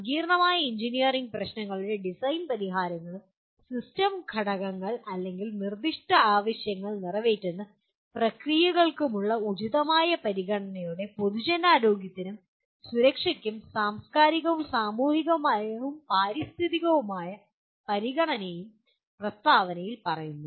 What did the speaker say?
സങ്കീർണ്ണമായ എഞ്ചിനീയറിംഗ് പ്രശ്നങ്ങളുടെ ഡിസൈൻ പരിഹാരങ്ങളും സിസ്റ്റം ഘടകങ്ങൾ അല്ലെങ്കിൽ നിർദ്ദിഷ്ട ആവശ്യങ്ങൾ നിറവേറ്റുന്ന പ്രക്രിയകൾക്കുമുള്ള ഉചിതമായ പരിഗണനയോടെ പൊതുജനാരോഗ്യത്തിനും സുരക്ഷയ്ക്കും സാംസ്കാരികവും സാമൂഹികവും പാരിസ്ഥിതികവുമായ പരിഗണനയും പ്രസ്താവനയിൽ പറയുന്നു